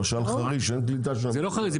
למשל בחריש אין קליטה -- זה לא חריש,